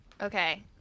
Okay